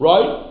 Right